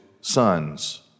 sons